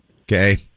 Okay